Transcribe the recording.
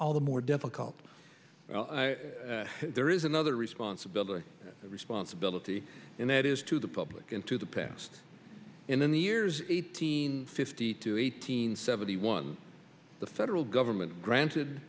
all the more difficult there is another responsibility responsibility and that is to the public and to the past in the years eighteen fifty two eighteen seventy one the federal government granted